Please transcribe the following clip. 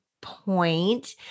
point